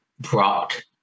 brought